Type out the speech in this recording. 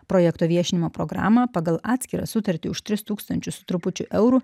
projekto viešinimo programą pagal atskirą sutartį už tris tūkstančius su trupučiu eurų